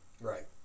Right